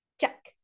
check